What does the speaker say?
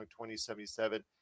2077